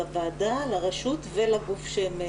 ההמלצות ואת המקרים